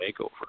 makeover